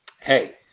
hey